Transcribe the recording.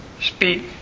speak